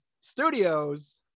Studios